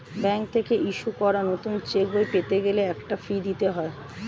bank থেকে issue করা নতুন চেকবই পেতে গেলে একটা ফি দিতে হয়